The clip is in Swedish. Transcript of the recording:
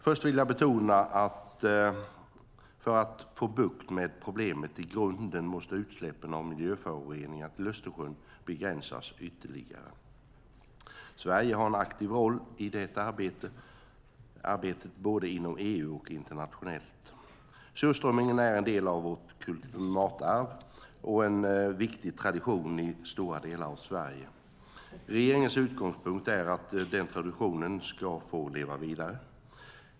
Först vill jag betona att för att få bukt med problemet i grunden måste utsläppen av miljöföroreningar till Östersjön begränsas ytterligare. Sverige har en aktiv roll i det arbetet både inom EU och internationellt. Surströmmingen är en del av vårt matarv och en viktig tradition i stora delar av Sverige. Regeringens utgångspunkt är att den traditionen ska få leva vidare.